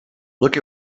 look